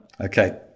Okay